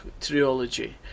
trilogy